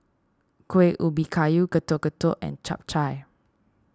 Kuih Ubi Kayu Getuk Getuk and Chap Chai